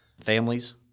families